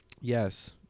Yes